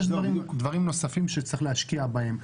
יש דברים נוספים שצריך להשקיע בהם.